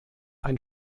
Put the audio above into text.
ein